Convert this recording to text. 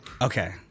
okay